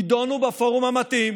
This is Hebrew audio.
יידונו בפורום המתאים